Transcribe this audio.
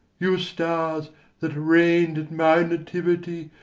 you stars that reign'd at my nativity,